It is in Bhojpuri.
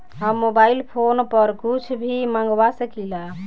हम मोबाइल फोन पर कुछ भी मंगवा सकिला?